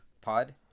pod